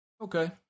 Okay